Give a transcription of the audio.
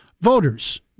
voters